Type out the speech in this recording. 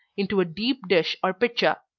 into a deep dish or pitcher.